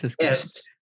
Yes